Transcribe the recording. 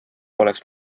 oleks